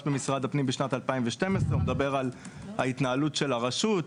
במשרד הפנים בשנת 2012. הוא מדבר על ההתנהלות הרשות,